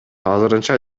азырынча